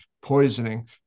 poisoning